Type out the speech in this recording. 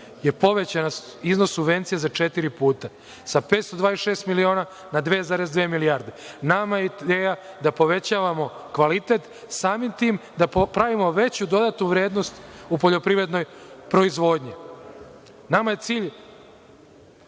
povećan je iznos subvencija za četiri puta, sa 526 miliona na 2,2 milijarde. Nama je ideja da povećavamo kvalitet, samim tim da pravimo veću dodatnu vrednost u poljoprivrednoj proizvodnji. Nama je cilj